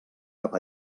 cap